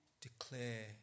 declare